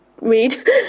read